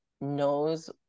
knows